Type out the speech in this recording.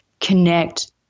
connect